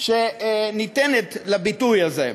שניתנת לביטוי הזה,